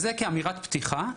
אז זה כאמירת פתיחה.